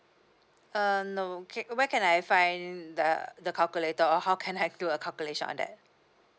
uh no ca~ where can I find the the calculator or how can I do a calculation on that